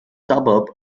suburb